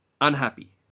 unhappy